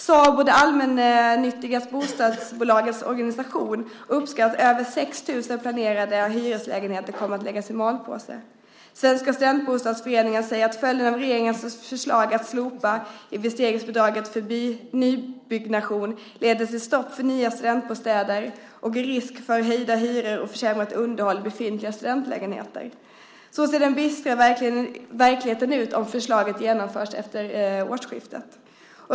SABO, de allmännyttiga bostadsföretagens organisation, uppskattar att över 6 000 planerade hyreslägenheter kommer att läggas i malpåse. Svenska Studentbostadsföreningen säger att följden av regeringens förslag att slopa investeringsbidraget för nybyggnation är stopp för nya studentbostäder, risk för höjda hyror och försämrat underhåll i befintliga studentlägenheter. Så ser den dystra verkligheten ut om förslaget genomförs efter årsskiftet.